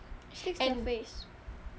sticks to your face